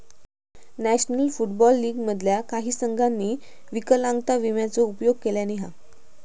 national Football League मधल्या काही संघांनी विकलांगता विम्याचो उपयोग केल्यानी हा